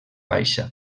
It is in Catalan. baixa